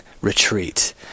retreat